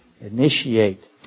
initiate